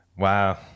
Wow